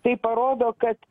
tai parodo kad